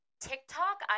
TikTok